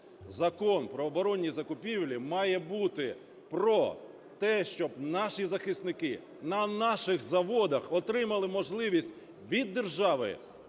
Закон про оборонні закупівлі має бути про те, щоб наші захисники на наших заводах отримали можливість від держави